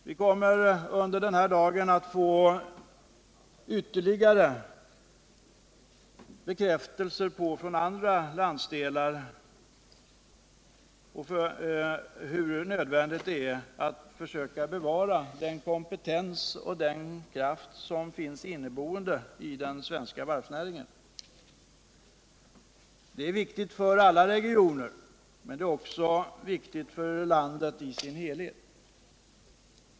Vi kommer under denna dag att från representanter för andra landsdelar få ytterligare bekräftelser på hur nödvändigt det är att försöka bevara den kompetens och den kraft som finns inneboende i den svenska varvsnäringen och som är viktig för alla regioner men också för landet som helhet.